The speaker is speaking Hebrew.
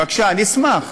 בבקשה, אני אשמח.